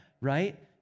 right